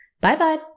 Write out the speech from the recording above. Bye-bye